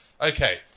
Okay